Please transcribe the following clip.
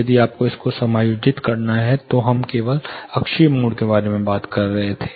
यदि आपको इसे समायोजित करना है तो यहां हम केवल अक्षीय मोड के बारे में बात कर रहे थे